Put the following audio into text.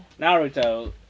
Naruto